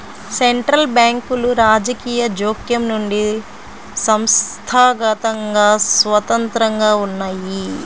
central బ్యాంకులు రాజకీయ జోక్యం నుండి సంస్థాగతంగా స్వతంత్రంగా ఉన్నయ్యి